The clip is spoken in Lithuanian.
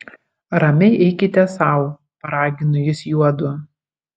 ramiai eikite sau paragino jis juodu